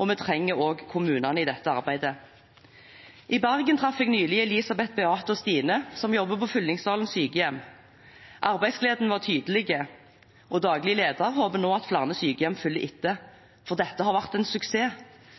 og vi trenger også kommunene i dette arbeidet. I Bergen traff jeg nylig Elisabeth, Beate og Stine, som jobber på Fyllingsdalen sykehjem. Arbeidsgleden var tydelig, og daglig leder håper at flere sykehjem følger etter, for det har vært en suksess.